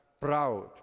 proud